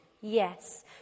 Yes